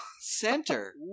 center